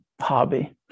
hobby